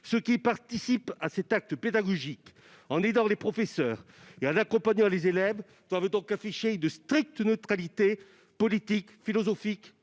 Ceux qui participent à cet acte pédagogique en aidant les professeurs et en accompagnant les élèves doivent donc afficher une stricte neutralité politique, philosophique